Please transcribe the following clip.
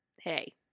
hey